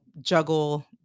juggle